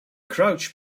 crouch